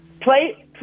Play